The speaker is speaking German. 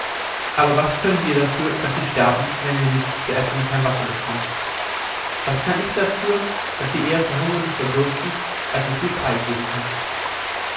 aber was können wir dafür daß sie sterben wenn sie nichts zu essen und kein wasser bekommen was kann ich dafür daß sie eher verhungern und verdürsten als ich sie freigeben kann